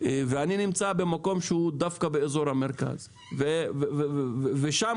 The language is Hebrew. ואני נמצא במקום שהוא דווקא באזור המרכז וגם שם